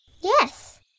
Yes